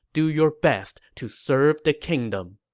do your best to serve the kingdom.